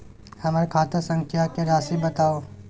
हमर खाता संख्या के राशि बताउ